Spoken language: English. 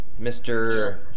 Mr